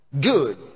good